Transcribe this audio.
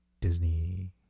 Disney